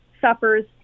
suffers